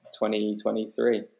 2023